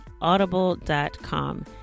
Audible.com